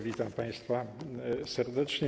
Witam państwa serdecznie.